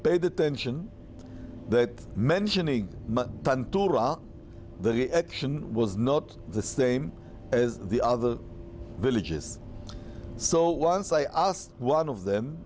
paid attention that mentioning much the action was not the same as the other villages so once i asked one of them